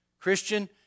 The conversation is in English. Christian